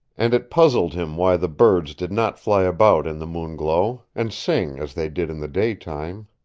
and it puzzled him why the birds did not fly about in the moon glow, and sing as they did in the day-time.